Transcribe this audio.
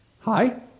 Hi